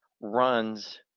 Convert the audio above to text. runs